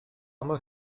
mor